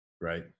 Right